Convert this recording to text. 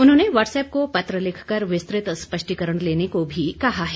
उन्होंने व्हाट्सएप को पत्र लिखकर विस्तृत स्पष्टीकरण लेने को भी कहा है